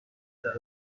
طلای